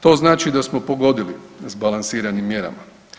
To znači da smo pogodili sa balansiranim mjerama.